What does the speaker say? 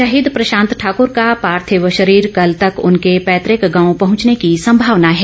शहीद प्रशांत ठाकुर का पार्थिव शरीर कल तक उनके पैतृक गाव पहुंचने की संभावना है